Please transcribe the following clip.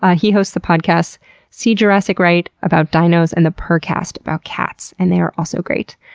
ah he hosts the podcasts see jurassic right about dinos and the purrrcast about cats, and they are also great.